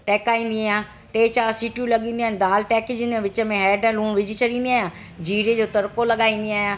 टहिकाईंदी आहियां टे चारि सिटूं लॻंदी आहे दालि टहिकजीनि विच में हैड लूणु विझी छॾींदी आहियां जीरे जो तड़िको लॻाईंदी आहियां